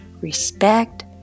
respect